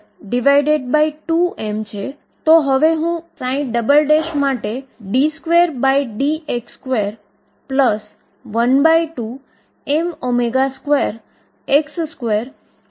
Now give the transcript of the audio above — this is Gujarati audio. અને જેમ મેં અગાઉ પણ કહ્યું હતું કે આ બાઉન્ડ્રી કંડીશન દ્વારા હલ થવાનું છે